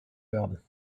werden